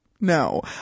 no